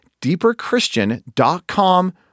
deeperchristian.com